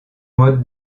mode